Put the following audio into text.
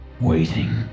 Waiting